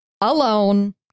alone